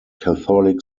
catholic